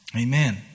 Amen